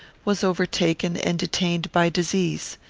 was overtaken and detained by disease.